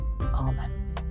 Amen